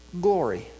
glory